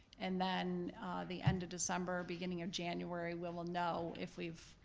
and then the end of december, beginning of january we'll we'll know if we've,